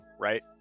right